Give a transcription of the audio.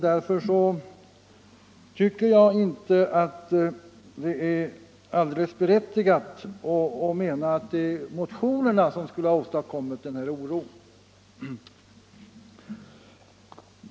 Därför tycker jag inte att det är helt berättigat att hävda att det är motionerna som skulle ha åstadkommit oro.